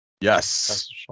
yes